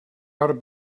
ought